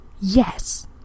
yes